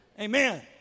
amen